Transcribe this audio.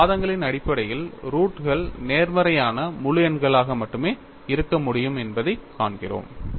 இந்த வாதங்களின் அடிப்படையில் ரூட் கள் நேர்மறையான முழு எண்களாக மட்டுமே இருக்க முடியும் என்பதைக் காண்கிறோம்